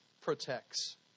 protects